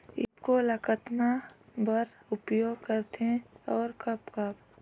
ईफको ल कतना बर उपयोग करथे और कब कब?